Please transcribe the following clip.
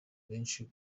benshi